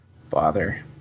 Father